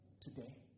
today